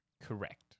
Correct